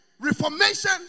reformation